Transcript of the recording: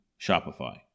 Shopify